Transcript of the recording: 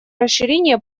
расширение